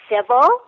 civil